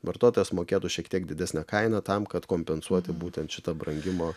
vartotojas mokėtų šiek tiek didesnę kainą tam kad kompensuoti būtent šitą brangimą